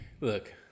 Look